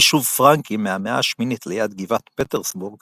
יישוב פרנקי מהמאה ה-8 ליד גבעת פטרסבורג